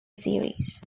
series